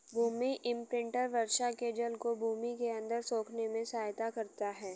भूमि imprinter वर्षा के जल को भूमि के अंदर सोखने में सहायता करता है